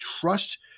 trust